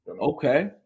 Okay